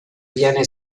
viene